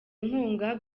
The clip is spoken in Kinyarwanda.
inkunga